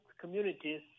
communities